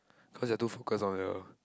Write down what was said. cause you're too focused on your